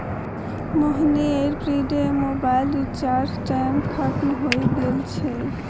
मोहनेर prepaid mobile रीचार्जेर time खत्म हय गेल छे